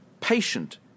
patient